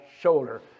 shoulder